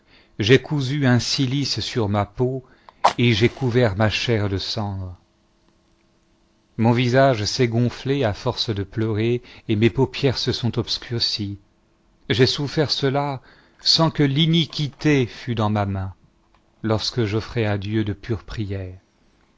j'ai cousu un cilice su-r ma peau et j'ai couvert ma chair de cendre mon visage s'est gonflé à force de pleurer et mes paupières se sont obscurcies j'ai souffert cela sans que l'iniquité fût dans ma main lorsque j'offrais à dieu de pures prières